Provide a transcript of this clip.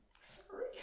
Sorry